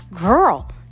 girl